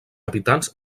habitants